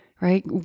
right